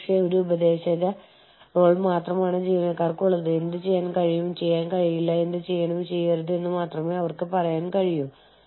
അതിനാൽ അവരുടെ പുതിയ ക്രമീകരണങ്ങളിൽ അവർക്ക് ഇത് വളരെ സുഖകരമാകാൻ നിങ്ങൾക്ക് ചില വഴികളുണ്ട്